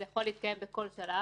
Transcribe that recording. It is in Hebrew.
זה יכול להתקיים בכל שלב.